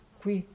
qui